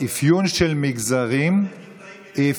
דווקא לא שמעתי שאתם נרתעים.